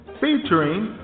featuring